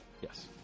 yes